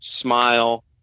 smile